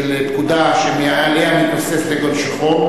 פקודה שמעליה התנוסס דגל שחור.